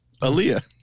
Aaliyah